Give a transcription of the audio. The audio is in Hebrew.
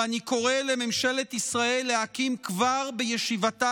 ואני קורא לממשלת ישראל להקים כבר בישיבתה